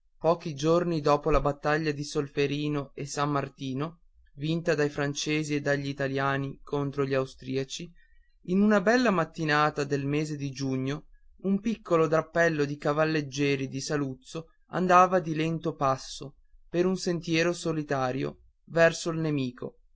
pochi giorni dopo la battaglia di solferino e san martino vinta dai francesi e dagli italiani contro gli austriaci in una bella mattinata del mese di giugno un piccolo drappello di cavalleggieri di saluzzo andava di lento passo per un sentiero solitario verso il nemico